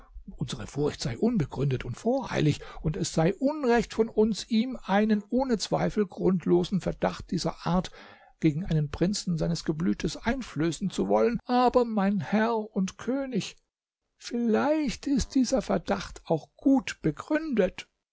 unsere furcht sei unbegründet und voreilig und es sei unrecht von uns ihm einen ohne zweifel grundlosen verdacht dieser art gegen einen prinzen seines geblütes einflößen zu wollen aber mein herr und könig vielleicht ist dieser verdacht auch gut begründet